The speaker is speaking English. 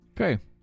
Okay